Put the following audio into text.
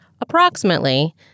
Approximately